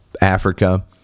Africa